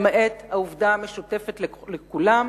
למעט העובדה המשותפת לכולם,